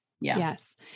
Yes